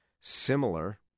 similar